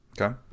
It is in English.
Okay